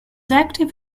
active